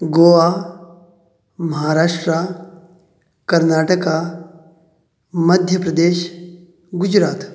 Goa Maharashtra Karnataka Madhya Pradesh Gujarat